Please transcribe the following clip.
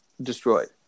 destroyed